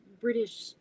british